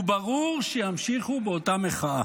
וברור שימשיכו באותה מחאה.